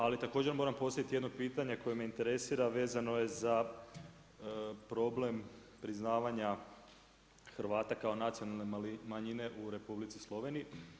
Ali, također moram postaviti jedno pitanje koje me interesirao vezno je za problem priznavanje Hrvata kao nacionalnoj manjini u Republici Sloveniji.